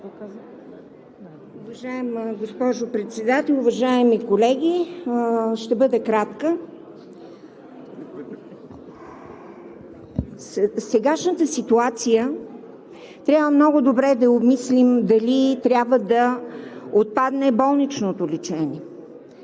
Уважаема госпожо Председател, уважаеми колеги! Ще бъда кратка. В сегашната ситуация трябва много добре да обмислим дали трябва да отпадне болничното лечение,